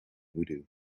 voodoo